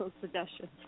suggestions